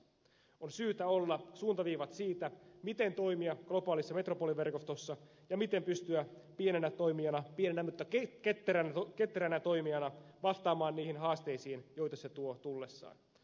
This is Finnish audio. on syytä olla suuntaviivat siitä miten toimia globaalissa metropoliverkostossa ja miten pystyä pienenä mutta ketteränä toimijana vastaamaan niihin haasteisiin joita se tuo tullessaan